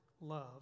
love